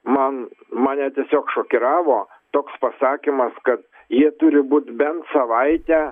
man mane tiesiog šokiravo toks pasakymas kad jie turi būt bent savaitę